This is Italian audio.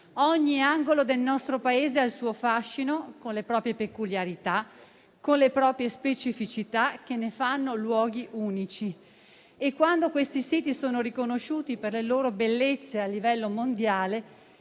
Ogni angolo del nostro Paese ha il suo fascino, con le proprie peculiarità e le proprie specificità che ne fanno luoghi unici, e quando questi siti sono riconosciuti per le loro bellezze a livello mondiale,